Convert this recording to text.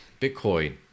bitcoin